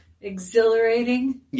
exhilarating